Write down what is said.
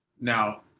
Now